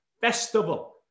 festival